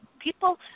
People